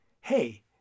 hey